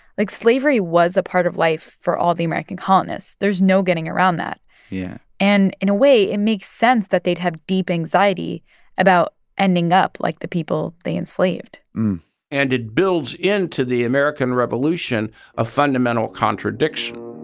like, slavery was a part of life for all the american colonists. there's no getting around that yeah and, in a way, it makes sense that they'd have deep anxiety about ending up like the people they enslaved and it builds into the american revolution a fundamental contradiction